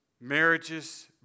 marriages